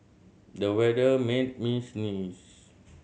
the weather made me sneeze